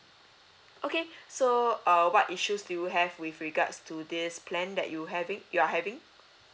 okay so uh what issues do you have with regards to this plan that you having you're having